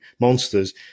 Monsters